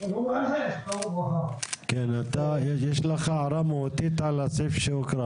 שיש בו מבנה הטעון חיזוק שהורסים אותו.